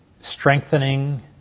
strengthening